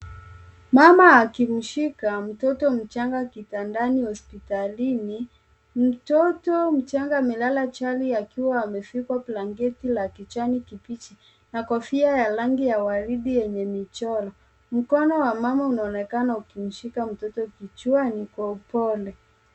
Mama akimshika mtoto mchanga kitandani hospitalini. Mtoto mchanga amelala chali akiwa amevikwa blanketi la kijani kibichi na kofia ya rangi ya waridi yenye michoro. Mkono wa mama unaonekana ukimshika mtoto kichwani kwa upole.